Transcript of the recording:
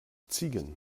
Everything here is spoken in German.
ziegen